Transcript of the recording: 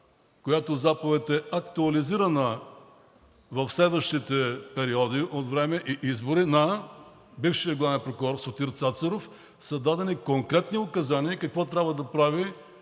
която заповед е актуализирана в следващите периоди от време и избори на бившия главен прокурор Сотир Цацаров, са дадени конкретни указания какво трябва да прави